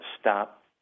stop